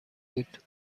بود